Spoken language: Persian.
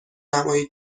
نمایید